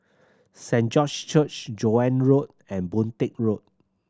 Saint George Church Joan Road and Boon Teck Road